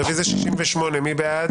רביזיה על 53א. מי בעד?